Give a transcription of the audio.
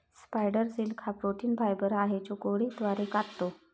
spider silk हा protein fibre आहे जो कोळी द्वारे काततो